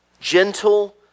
Gentle